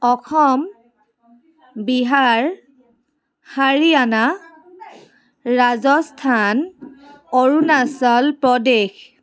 Assam Bihar Haryana Rajasthan Arunachal Pradesh